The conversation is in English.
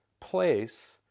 place